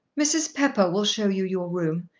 mrs. pepper will show you your room.